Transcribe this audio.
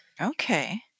Okay